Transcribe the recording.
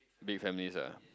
big families ah